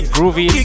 Groovy